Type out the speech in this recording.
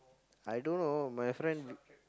I don't know my friend